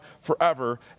forever